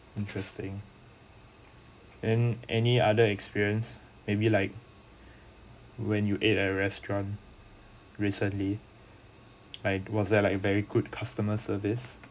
interesting and any other experience maybe like when you ate at restaurant recently like was there like very good customer service